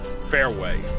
fairway